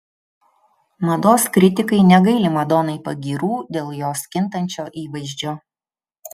mados kritikai negaili madonai pagyrų dėl jos kintančio įvaizdžio